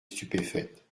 stupéfaite